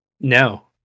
No